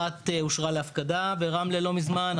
אחת אושרה להפקדה, ברמלה, לא מזמן.